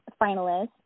finalist